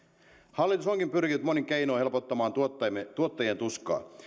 hallitus onkin pyrkinyt monin keinoin helpottamaan tuottajien tuskaa